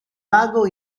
lago